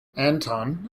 anton